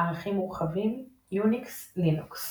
ערכים מורחבים – יוניקס, לינוקס